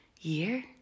year